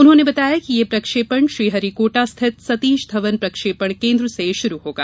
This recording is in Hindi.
उन्होंने बताया कि यह प्रक्षेपण श्री हरिकोटा स्थित सतीश धवन प्रक्षेपण केन्द्र से शुरू होगा